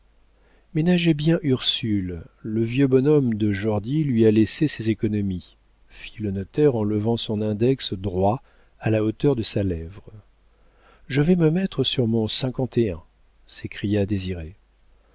cousine ménagez bien ursule le vieux bonhomme de jordy lui a laissé ses économies fit le notaire en levant son index droit à la hauteur de sa lèvre je vais me mettre sur mon cinquante et un s'écria désiré